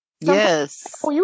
Yes